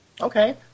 Okay